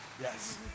Yes